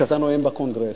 כשאתה נואם בקונגרס.